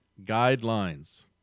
Guidelines